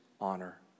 honor